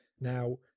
Now